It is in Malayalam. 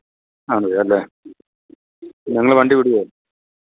നാലരയല്ലേ നിങ്ങള് വണ്ടി വിടുമോ